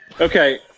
Okay